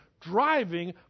driving